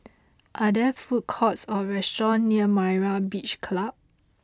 are there food courts or restaurants near Myra's Beach Club